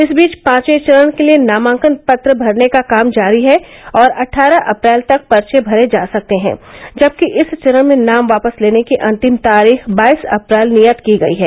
इस बीच पांचवें चरण के लिए नामांकन पत्र भरने का काम जारी है और अट्ठारह अप्रैल तक पर्चे भरे जा सकते हैं जबकि इस चरण में नाम वापस लेने की अंतिम तारीख़ बाईस अप्रैल नियत की गई है